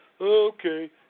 Okay